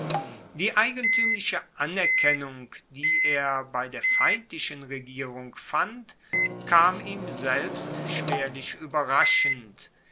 die eigentuemliche anerkennung die er bei der feindlichen regierung fand kam ihm selbst schwerlich ueberraschend